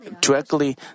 directly